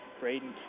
Braden